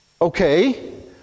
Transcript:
Okay